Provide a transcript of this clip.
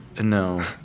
No